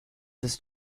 ist